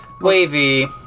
Wavy